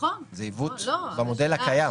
זה עיוות במודל הקיים.